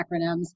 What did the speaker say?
acronyms